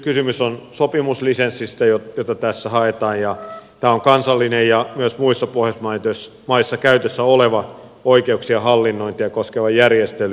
kysymys on sopimuslisenssistä jota tässä haetaan ja tämä on kansallinen ja myös muissa pohjoismaissa käytössä oleva oikeuksien hallinnointia koskeva järjestely